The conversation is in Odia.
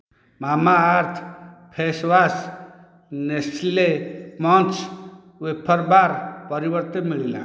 Mamaearth face wash Nestle Munch wafer bar ପରିବର୍ତ୍ତେ ମିଳିଲା